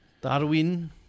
Darwin